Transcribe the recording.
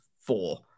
four